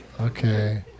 Okay